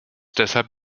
deshalb